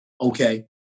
Okay